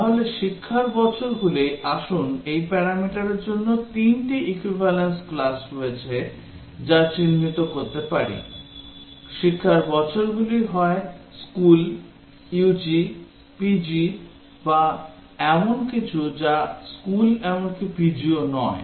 তাহলে শিক্ষার বছরগুলি আসুন আমরা এই প্যারামিটারের জন্য তিনটি equivalence class রয়েছে যা চিহ্নিত করতে পারি শিক্ষার বছরগুলি হয় স্কুল UG PG বা এমন কিছু যা স্কুল এমনকি PGও নয়